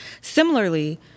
Similarly